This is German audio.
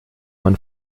man